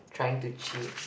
trying to cheat